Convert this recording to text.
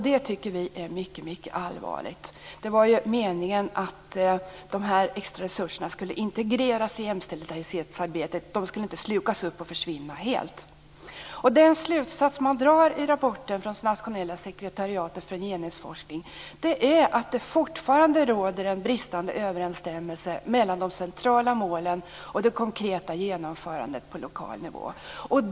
Detta tycker vi är mycket allvarligt. Det var ju meningen att de här extraresurserna skulle integreras i jämställdhetsarbetet - inte slukas upp och försvinna helt. Slutsatsen man drar i rapporten från det nationella sekretariatet för genusforskning är att det fortfarande råder en bristande överensstämmelse mellan de centrala målen och det konkreta genomförandet på lokal nivå.